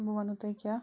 بہٕ وَنہو تۄہہِ کیٛاہ